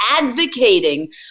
advocating